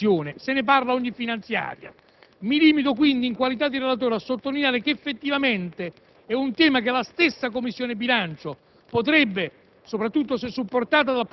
Ovviamente nel dibattito non è emersa ancora una soluzione. Se ne parla ad ogni finanziaria. Mi limito, quindi, in qualità di relatore, a sottolineare che effettivamente è un tema che la stessa Commissione bilancio